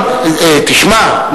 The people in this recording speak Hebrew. תשמע,